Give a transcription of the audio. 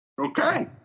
Okay